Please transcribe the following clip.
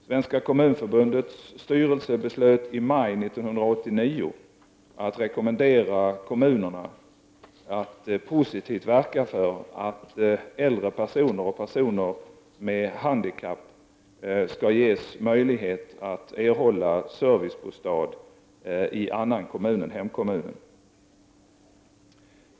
Svenska kommunförbundets styrelse beslöt i maj 1989 att rekommendera kommunerna att positivt verka för att äldre personer och personer med handikapp skall ges möjlighet att erhålla servicebostad i annan kommun än hemkommunen.